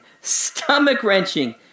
stomach-wrenching